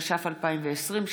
התש"ף2020 ,